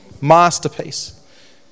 Masterpiece